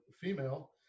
female